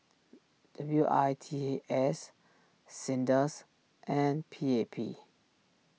W I T S Sinda's and P A P